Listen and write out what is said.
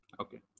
Okay